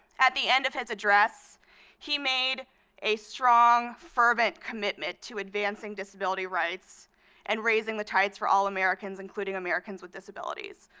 at the end of his address he made a strong, fervent commitment to advancing disability rights and raising the tides for all americans, including americans with disabilities.